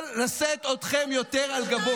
הגדלת, את יכולה לצרוח עד מחר, כדרכך.